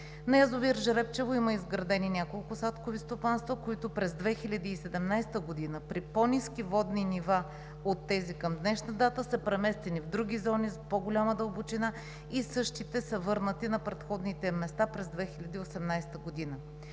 На язовир „Жребчево“ има изградени няколко садкови стопанства, които през 2017 г. при по-ниски водни нива от тези към днешна дата са преместени в други зони с по-голяма дълбочина и същите са върнати на предходните им места през 2018 г.